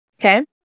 okay